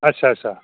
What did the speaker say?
अच्छा अच्छा